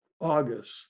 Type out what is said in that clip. august